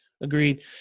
Agreed